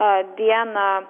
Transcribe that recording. a dieną